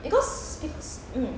because because mm